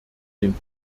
den